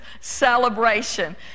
celebration